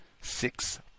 six